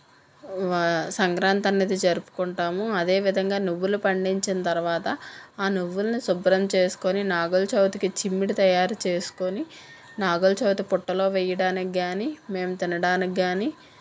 వా సంక్రాంతి అనేది జరుపుకుంటాము అదేవిధంగా నువ్వులు పండించిన తర్వాత ఆ నువ్వుల్ని శుభ్రం చేసుకుని నాగుల చవితికి చిమ్మిడి తయారు చేసుకుని నాగుల చవితి పుట్టలో వేయడానికి కానీ మేము తినడానికి కానీ